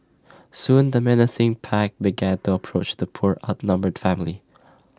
soon the menacing pack began to approach the poor outnumbered family